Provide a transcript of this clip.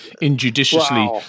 injudiciously